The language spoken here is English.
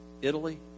Italy